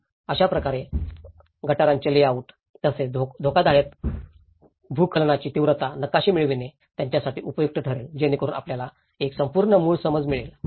तर अशाप्रकारे गटारांचे लेआउट तसेच धोकादायक भूस्खलनाची तीव्रता नकाशे मिळविणे त्यांच्यासाठी उपयुक्त ठरले जेणेकरून आपल्याला एक संपूर्ण मूळ समज मिळेल